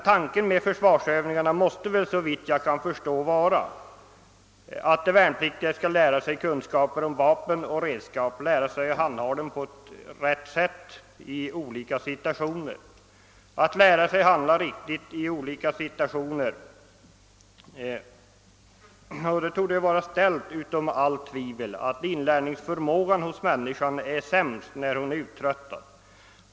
Tanken med försvarsövningarna måste, såvitt jag förstår, vara att ge de värnpliktiga kunskap om vapen och redskap, att lära dem att handha dessa på rätt sätt och att lära dem att handla riktigt i olika situationer. Det torde vara ställt utom allt tvivel att inlärningsförmågan är sämst när man är uttröttad.